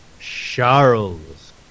Charles